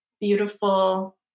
beautiful